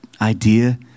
idea